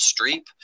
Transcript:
Streep